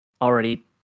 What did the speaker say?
already